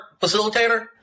facilitator